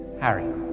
Harry